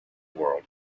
world